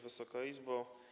Wysoka Izbo!